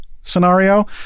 scenario